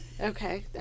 Okay